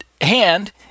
hand